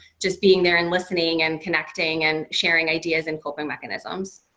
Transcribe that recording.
just being there and listening and connecting and sharing ideas and coping mechanisms.